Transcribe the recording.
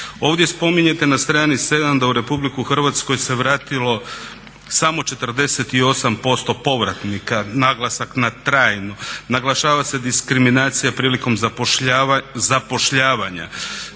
Ovdje spominjete na strani 7 da u Republiku Hrvatsku se vratilo samo 48% povratnika, naglasak na trajno, naglašava se diskriminacija prilikom zapošljavanja.